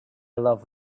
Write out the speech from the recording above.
love